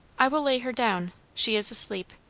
i will lay her down. she is asleep.